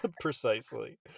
precisely